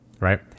right